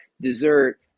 dessert